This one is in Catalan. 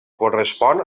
correspon